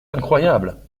incroyable